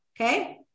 Okay